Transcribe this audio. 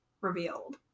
revealed